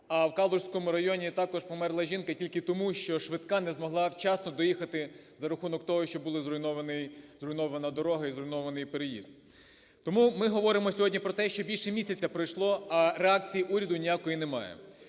А в Калуському районі також померла жінка тільки тому, що швидка не змогла вчасно доїхати за рахунок того, що була зруйнована дорога і зруйнований переїзд. Тому ми сьогодні говоримо про те, що більше місяця пройшло, а реакції уряду ніякої немає.